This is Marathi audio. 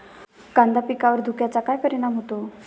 कांदा पिकावर धुक्याचा काय परिणाम होतो?